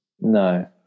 no